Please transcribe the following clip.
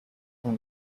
from